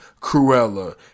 Cruella